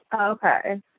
Okay